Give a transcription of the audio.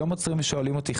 היום עוצרים ושואלים אותי,